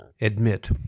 admit